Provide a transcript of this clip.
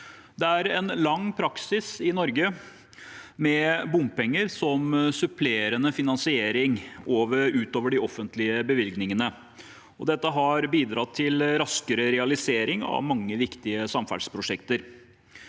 Det er en lang praksis i Norge med bompenger som supplerende finansiering utover de offentlige bevilgningene. Dette har bidratt til raskere realisering av mange viktige samferdselsprosjekter.